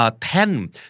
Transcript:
ten